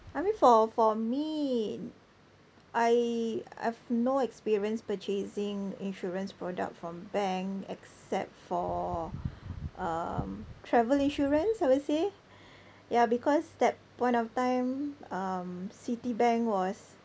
I mean for for me I I have no experience purchasing insurance product from bank except for um travel insurance I would say yeah because that point of time um Citibank was